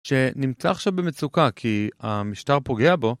שנמצא עכשיו במצוקה כי המשטר פוגע בו.